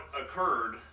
occurred